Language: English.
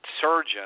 surgeon